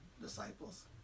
disciples